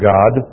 God